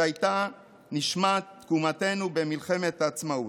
שהייתה נשמת תקומתנו במלחמת העצמאות.